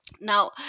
Now